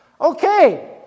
Okay